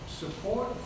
Support